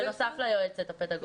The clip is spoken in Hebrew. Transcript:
בנוסף ליועצת הפדגוגית.